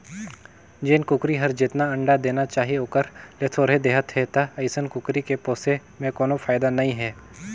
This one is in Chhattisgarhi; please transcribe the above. जेन कुकरी हर जेतना अंडा देना चाही ओखर ले थोरहें देहत हे त अइसन कुकरी के पोसे में कोनो फायदा नई हे